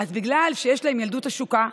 אז בגלל שיש להם ילדות עשוקה,